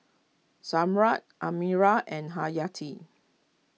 Zamrud Amirul and Haryati